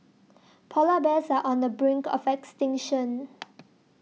Polar Bears are on the brink of extinction